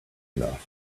enough